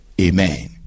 Amen